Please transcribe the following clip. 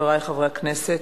חברי חברי הכנסת,